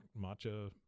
matcha